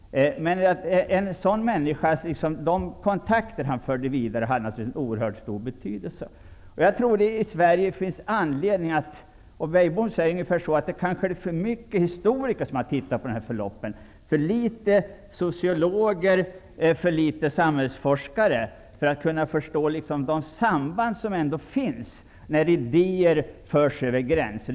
De impulser han gav genom böcker och artiklar hade stor betydelse. Beijbom framhåller att det kanske i för stor utsträckning är historiker som har sett på dessa förlopp, men för få sociologer och samhällsforskare, och att man därför inte riktigt kunnat förstå de samband som uppstår när idéer förs över gränserna.